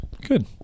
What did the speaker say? Good